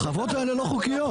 ההרחבות האלה לא חוקיות,